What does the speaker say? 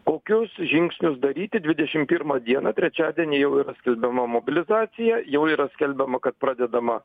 kokius žingsnius daryti dvidešim pirmą dieną trečiadienį jau yra skelbiama mobilizacija jau yra skelbiama kad pradedama